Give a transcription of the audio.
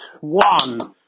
one